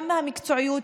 גם מהמקצועיות,